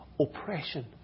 oppression